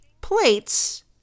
plates